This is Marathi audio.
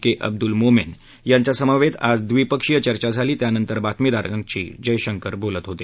के अब्दुल मोमेन यांच्या समवेत आज द्विपक्षीय चर्चा झाली त्यानंतर बातमीदारांना जयशंकर बोलत होते